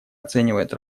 оценивает